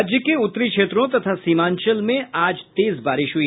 राज्य के उत्तरी क्षेत्रों तथा सीमांचल में आज तेज बारिश हुई